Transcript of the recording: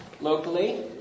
Locally